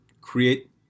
create